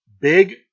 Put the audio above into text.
Big